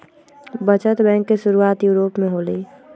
बचत बैंक के शुरुआत यूरोप में होलय